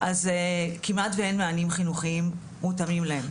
אז כמעט אין מענים חינוכיים מותאמים להם.